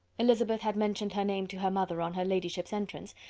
elizabeth had mentioned her name to her mother on her ladyship's entrance,